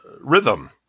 rhythm